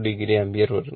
2o ampere വരുന്നു